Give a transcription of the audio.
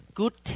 good